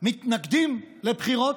מתנגדים לבחירות?